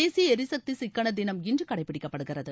தேசிய எரிசக்தி சிக்கள தினம் இன்று கடைபிடிக்கப்படுகிறது